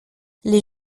les